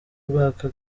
rwaka